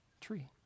tree